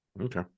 Okay